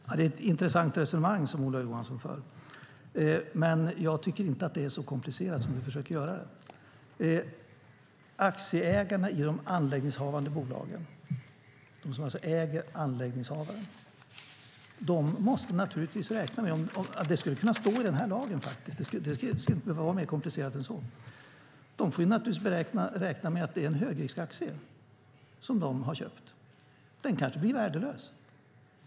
Herr talman! Det är ett intressant resonemang som Ola Johansson för. Men jag tycker inte att det är så komplicerat som han försöker göra det. Aktieägarna i de anläggningshavande bolagen, alltså de som äger anläggningshavaren, måste naturligtvis räkna med detta. Det skulle faktiskt kunna stå i den här lagen; det skulle inte behöva vara mer komplicerat än så. De får naturligtvis räkna med att det är en högriskaktie som de har köpt. Den kanske blir värdelös.